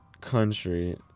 Country